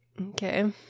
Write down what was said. Okay